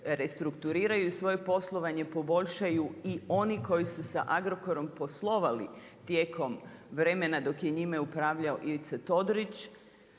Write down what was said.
restrukturiraju i svoje poslovanje poboljšaju i oni koji su sa Agrokorom poslovali tijekom vremena, dok je njime upravljao Ivica Todorić.